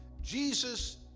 Jesus